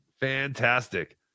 Fantastic